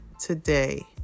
today